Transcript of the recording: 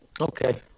Okay